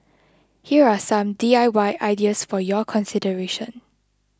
here are some D I Y ideas for your consideration